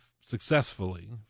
successfully